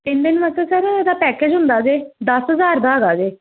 ਤਿੰਨ ਦਿਨ ਵਾਸਤੇ ਸਰ ਇਹਦਾ ਪੈਕਜ ਹੁੰਦਾ ਜੇ ਦਸ ਹਜ਼ਾਰ ਦਾ ਹੈਗਾ ਜੇ